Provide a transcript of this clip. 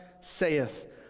saith